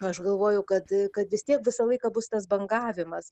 aš galvoju kad kad vis tiek visą laiką bus tas bangavimas